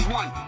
one